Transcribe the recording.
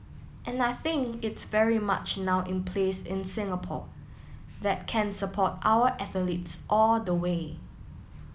and I think it's very much now in place in Singapore that can support our athletes all the way